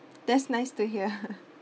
that's nice to hear